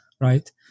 right